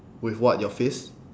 with what your fist